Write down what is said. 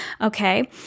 okay